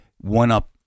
one-up